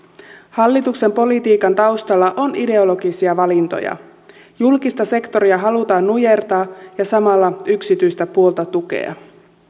hallituksen politiikan taustalla on ideologisia valintoja julkista sektoria halutaan nujertaa ja samalla yksityistä puolta tukea